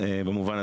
אוקיי.